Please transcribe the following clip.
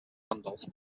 randolph